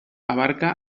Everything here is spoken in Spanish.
abarca